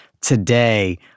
today